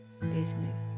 business